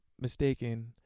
mistaken